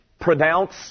pronounce